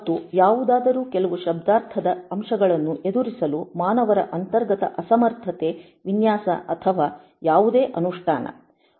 ಮತ್ತು ಯಾವುದಾದರೂ ಕೆಲವು ಶಬ್ದಾರ್ಥದ ಅಂಶಗಳನ್ನು ಎದುರಿಸಲು ಮಾನವರ ಅಂತರ್ಗತ ಅಸಮರ್ಥತೆ ವಿನ್ಯಾಸ ಅಥವಾ ಯಾವುದೇ ಅನುಷ್ಠಾನ